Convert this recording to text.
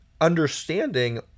understanding